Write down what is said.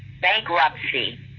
Bankruptcy